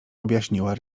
objaśniła